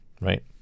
right